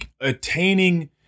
attaining